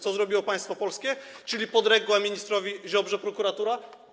Co zrobiło państwo polskie, czyli podległa ministrowi Ziobrze prokuratura?